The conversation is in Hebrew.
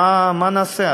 מה נעשה?